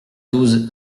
douze